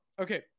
okay